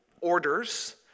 orders